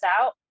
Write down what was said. out